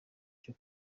cyo